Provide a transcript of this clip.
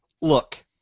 Look